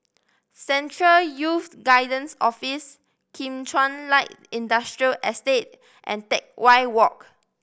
Central Youth Guidance Office Kim Chuan Light Industrial Estate and Teck Whye Walk